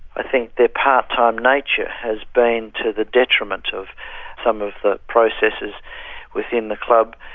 i think their part-time nature has been to the detriment of some of the processes within the club.